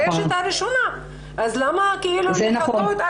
אז למה לחכות ?